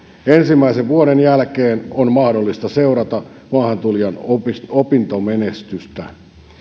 ensimmäisen vuoden jälkeen on mahdollista seurata maahantulijan opintomenestystä